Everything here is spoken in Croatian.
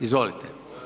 Izvolite.